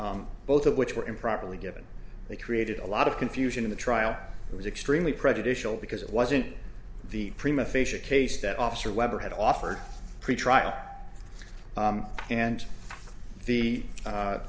both of which were improperly given that created a lot of confusion in the trial it was extremely prejudicial because it wasn't the prima facia case that officer webber had offered pretrial and the